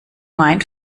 mein